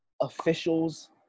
officials